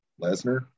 Lesnar